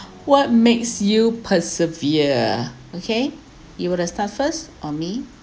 what makes you persevere okay you want to start first or me